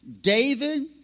David